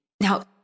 Now